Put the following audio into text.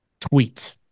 tweet